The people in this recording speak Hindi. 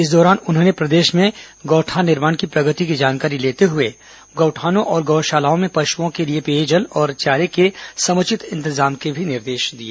इस दौरान उन्होंने प्रदेश में गौठान निर्माण की प्रगति की जानकारी लेते हुए गौठानों और गौ शालाओं में पशुओं के लिए पेयजल और चारे के समुचित इंतजाम के भी निर्देश दिए